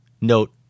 note